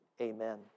Amen